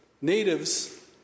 natives